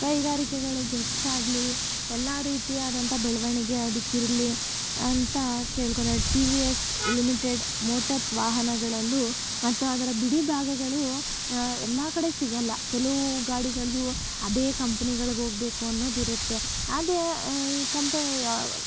ಕೈಗಾರಿಕೆಗಳು ಹೆಚ್ಚಾಗಲಿ ಎಲ್ಲ ರೀತಿಯಾದಂಥ ಬೆಳವಣಿಗೆ ಅದಕ್ಕಿರಲಿ ಅಂತ ಕೇಳ್ಕೊಳ್ಳೋದು T V S limited motors ವಾಹನಗಳನ್ನು ಮತ್ತು ಅದರ ಬಿಡಿ ಭಾಗಗಳು ಎಲ್ಲ ಕಡೆ ಸಿಗೋಲ್ಲ ಕೆಲವು ಗಾಡಿಗಳದ್ದು ಅದೇ ಕಂಪ್ನಿಗಳ್ಗೆ ಹೋಗಬೇಕು ಅನ್ನೋದಿರುತ್ತೆ ಅದೇ ಈ ಕಂಪ